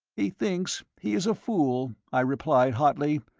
he thinks he is a fool, i replied, hotly,